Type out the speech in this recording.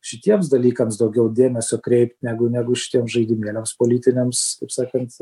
šitiems dalykams daugiau dėmesio kreipt negu negu šitiems žaidimėliams politiniams taip sakant